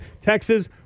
Texas